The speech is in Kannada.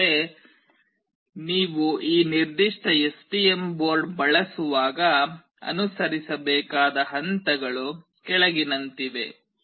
ಆದರೆ ನೀವು ಈ ನಿರ್ದಿಷ್ಟ ಎಸ್ಟಿಎಂ ಬೋರ್ಡ್ ಬಳಸುವಾಗ ಅನುಸರಿಸಬೇಕಾದ ಹಂತಗಳು ಕೆಳಗಿನಂತಿವೆ